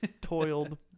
toiled